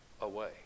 away